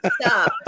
stop